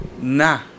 nah